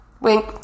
wink